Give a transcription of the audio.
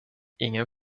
ingen